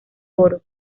oro